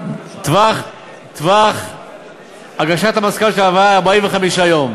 טווח הגשת המסקנות של הוועדה, 45 יום.